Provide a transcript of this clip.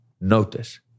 notice